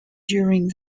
during